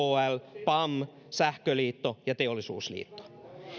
jhl pam sähköliitto ja teollisuusliitto